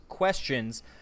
questions